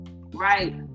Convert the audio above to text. Right